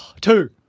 Two